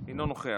אינו נוכח.